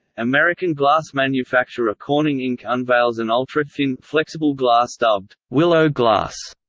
american glass manufacturer corning inc. unveils an ultra-thin, flexible glass dubbed willow glass.